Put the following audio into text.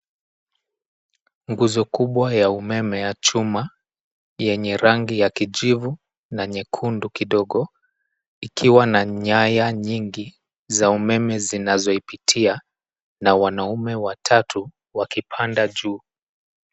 Nguzo kubwa ya umeme ya chuma yenye rangi ya kijivu na nyekundu kidogo ikiwa na nyaya nyingi za umeme zinazoipitia na wanaume watatu wakipanda juu.